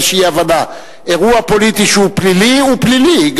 איזו אי-הבנה: אירוע פוליטי שהוא פלילי הוא פלילי.